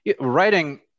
writing